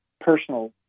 personal